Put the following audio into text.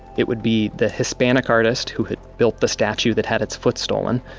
it would be the hispanic artist who had built the statue that had its foot stolen,